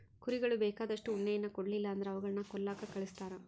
ಕುರಿಗಳು ಬೇಕಾದಷ್ಟು ಉಣ್ಣೆಯನ್ನ ಕೊಡ್ಲಿಲ್ಲ ಅಂದ್ರ ಅವುಗಳನ್ನ ಕೊಲ್ಲಕ ಕಳಿಸ್ತಾರ